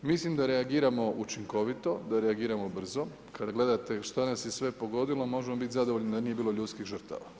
Mislim da reagiramo učinkovito, da reagiramo brzo, kada gledate šta nas je sve pogodilo možemo biti zadovoljni da nije bilo ljudskih žrtava.